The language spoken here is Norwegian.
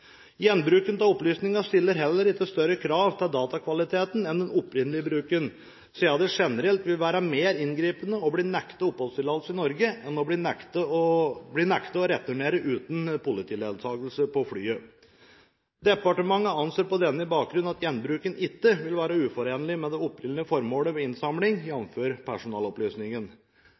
Gjenbruken av opplysninger stiller heller ikke større krav til datakvaliteten enn den opprinnelige bruken, siden det generelt vil være mer inngripende å bli nektet oppholdstillatelse i Norge enn å bli nektet å returnere uten politiledsagelse på flyet. Departementet anser på denne bakgrunnen at gjenbruken ikke vil være uforenlig med det opprinnelige formålet med innsamling,